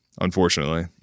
unfortunately